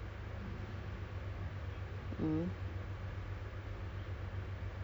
cause since I'm working and schooling at the same time so I prefer to play games at my own pace ah